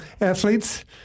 athletes